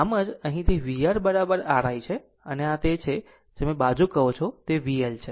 આમ જ અહીં તે vR R I છે અને આ તે છે જેને તમે આ બાજુ કહો છો તે VL છે